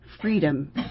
freedom